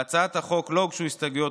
להצעת החוק לא הוגשו הסתייגויות,